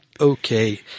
okay